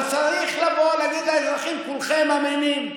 אבל צריך לבוא ולהגיד לאזרחים: כולכם אמינים,